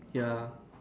ya